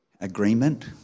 agreement